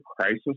crisis